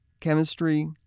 chemistry